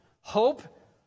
Hope